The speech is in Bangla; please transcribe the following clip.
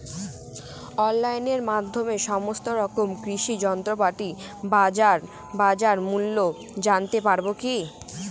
অনলাইনের মাধ্যমে সমস্ত রকম কৃষি যন্ত্রপাতির বাজার মূল্য জানতে পারবো কি?